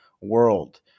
world